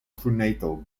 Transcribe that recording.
prenatal